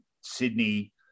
Sydney